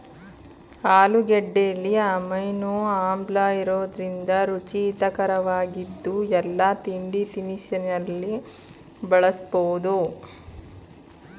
ಆಲೂಗೆಡ್ಡೆಲಿ amino ಆಮ್ಲಇರೋದ್ರಿಂದ ರುಚಿ ಹಿತರಕವಾಗಿದ್ದು ಎಲ್ಲಾ ತಿಂಡಿತಿನಿಸಲ್ಲಿ ಬಳಸ್ಬೋದು